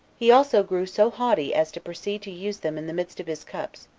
he also grew so haughty as to proceed to use them in the midst of his cups,